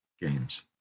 games